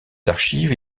archives